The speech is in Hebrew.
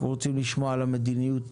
אנחנו רוצים לשמוע על המדיניות